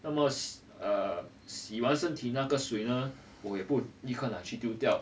那么 s~ err 洗完身体那个水呢我也不立刻拿去丢掉